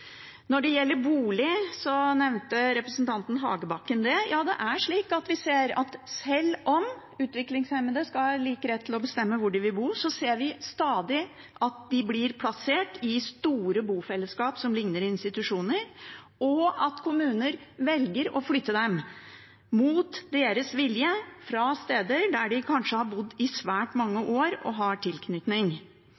Når det gjelder bolig, nevnte representanten Hagebakken det. Ja, det er slik at selv om utviklingshemmede skal ha lik rett til å bestemme hvor de vil bo, ser vi stadig at de blir plassert i store bofellesskap som ligner institusjoner, og at kommuner velger å flytte dem, mot deres vilje, fra steder der de kanskje har bodd i svært mange